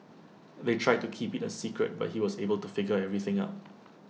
they tried to keep IT A secret but he was able to figure everything out